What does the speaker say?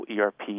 ERP